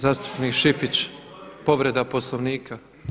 Zastupnik Šipić povreda Poslovnika.